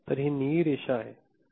तर ही निळी रेषा आहे